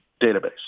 database